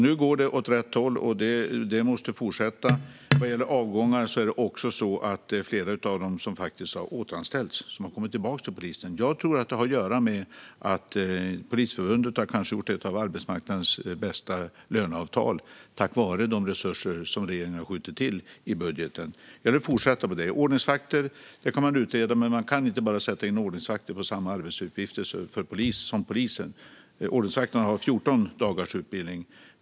Nu går det åt rätt håll, och det måste fortsätta. Vad gäller avgångar har flera faktiskt återanställts. De har kommit tillbaka till polisen. Jag tror att det har att göra med att Polisförbundet kanske har skrivit ett av arbetsmarknadens bästa löneavtal, tack vare de resurser som regeringen har skjutit till i budgeten. Jag vill fortsätta så. Frågan om ordningsvakter kan man utreda, men man kan inte bara sätta in ordningsvakter på samma arbetsuppgifter som polisen har. Ordningsvakter har 14 dagars utbildning.